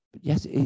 Yes